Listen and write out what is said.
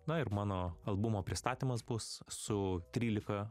na ir mano albumo pristatymas bus su trylika